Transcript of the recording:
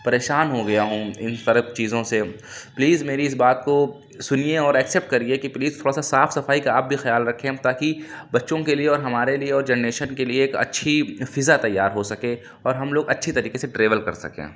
پریشان ہو گیا ہوں اِن سر اب چیزوں سے پلیز میری اِس بات کو سُنیے اور ایکسیپٹ کریے کہ پلیز تھوڑا سا صاف صفائی کا آپ بھی خیال رکھیں تا کہ بچوں کے لیے اور ہمارے لیے اور جنریشن کے لیے ایک اچھی فضا تیار ہو سکے اور ہم لوگ اچھی طریقے سے ٹریول کر سکیں